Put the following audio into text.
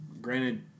Granted